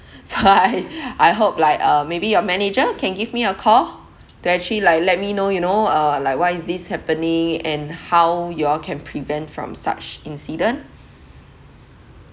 so I I hope like uh maybe your manager can give me a call to actually like let me know you know uh like why is this happening and how you all can prevent from such incident